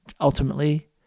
Ultimately